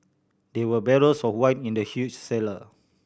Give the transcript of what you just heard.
there were barrels of wine in the huge cellar